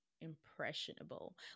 impressionable